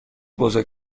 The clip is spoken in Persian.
بزرگ